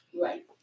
Right